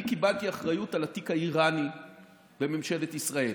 אני קיבלתי אחריות לתיק האיראני בממשלת ישראל,